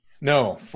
No